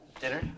dinner